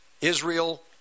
Israel